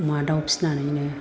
अमा दाव फिनानैनो